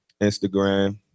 Instagram